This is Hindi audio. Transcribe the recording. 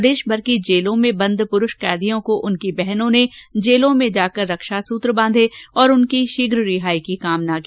प्रदेश भर की जेलों में बंद पुरूष कैदियों को उनकी बहनों ने जेलों में जाकर रक्षा सूत्र बांधे और शीघ्र रिहाई की कामना की